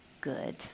good